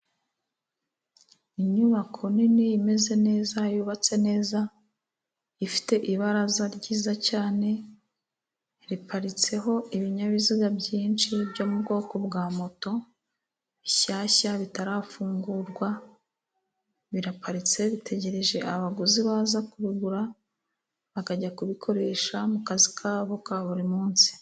Inyubako nini imeze neza yubatse neza, ifite ibaraza ryiza cyane, riparitseho ibinyabiziga byinshi byo mu bwoko bwa moto bishyashya, bitarafungurwa. Biraparitse bitegereje abaguzi baza kubigura, bakajya kubikoresha mu mukazi kabo ka buri munsi.